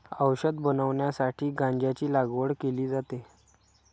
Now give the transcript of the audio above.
औषध बनवण्यासाठी गांजाची लागवड केली जाते